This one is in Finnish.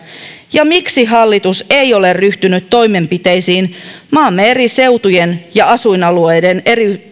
ja miksi hallitus ei ole ryhtynyt toimenpiteisiin maamme eri seutujen ja asuinalueiden